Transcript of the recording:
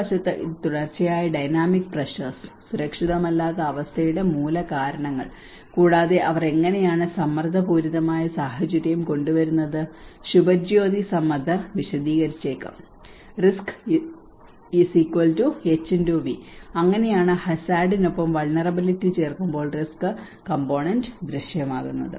ഒരു വശത്ത് ഇത് തുടർച്ചയായ ഡൈനാമിക് പ്രെഷർസ് സുരക്ഷിതമല്ലാത്ത അവസ്ഥയുടെ മൂലകാരണങ്ങൾ കൂടാതെ അവർ എങ്ങനെയാണ് സമ്മർദ്ദപൂരിതമായ സാഹചര്യം കൊണ്ടുവരുന്നത് ശുഭജ്യോതി സമദ്ദർ വിശദീകരിച്ചിരിക്കാം റിസ്ക്HxV അങ്ങനെയാണ് ഹസാർഡിനൊപ്പം വൾനിറബിലിറ്റി ചേർക്കുമ്പോൾ റിസ്ക് കോംപോണേന്റ് ദൃശ്യമാകുന്നത്